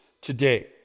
today